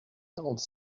quarante